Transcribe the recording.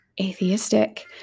atheistic